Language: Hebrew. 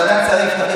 זאת עמדת ועדת שרים.